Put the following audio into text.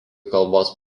kalbos